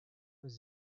was